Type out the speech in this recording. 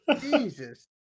Jesus